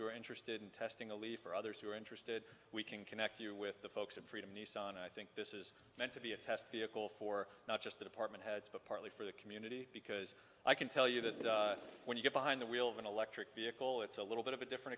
are interested in testing a leaf or others who are interested we can connect you with the folks at freedom nissan i think this is meant to be a test vehicle for not just the department heads but partly for the community because i can tell you that when you get behind the wheel of an electric vehicle it's a little bit of a different